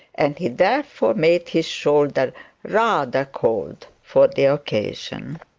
and he therefore made his shoulder rather cold for the occasion.